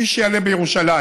מי שיעלה בירושלים